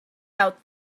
out